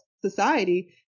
society